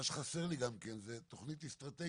מה שחסר לי זה גם תכנית אסטרטגית